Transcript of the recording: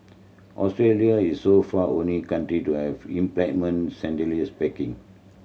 Australia is so far only country to have implemented standardised packing